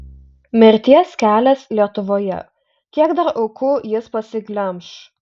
mirties kelias lietuvoje kiek dar aukų jis pasiglemš